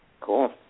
Cool